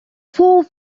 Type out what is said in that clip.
four